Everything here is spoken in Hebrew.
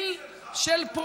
שלך.